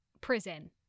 prison